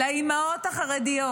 -- לאימהות החרדיות: